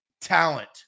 Talent